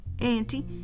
auntie